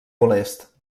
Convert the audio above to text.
molest